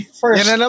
first